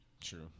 True